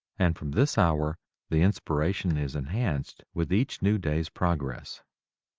and from this hour the inspiration is enhanced with each new day's progress.